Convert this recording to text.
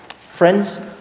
Friends